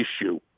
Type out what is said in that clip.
issue